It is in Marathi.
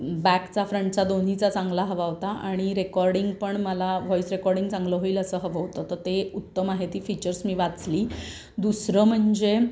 बॅकचा फ्रंटचा दोन्हीचा चांगला हवा होता आणि रेकॉर्डिंग पण मला वॉईस रेकॉर्डिंग चांगलं होईल असं हवं होतं तं ते उत्तम आहे ती फीचर्स मी वाचली दुसरं म्हणजे